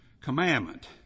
commandment